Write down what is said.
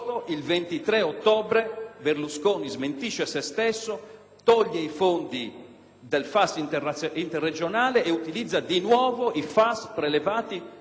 Grazie